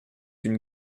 une